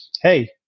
Hey